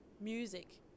music